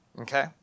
Okay